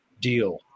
deal